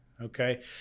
Okay